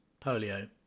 polio